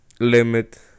limit